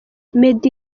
meddy